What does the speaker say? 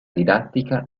didattica